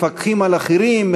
מפקחים על אחרים,